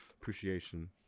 appreciation